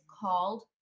called